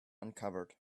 uncovered